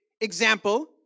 example